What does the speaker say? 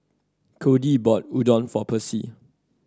Codie bought Udon for Percy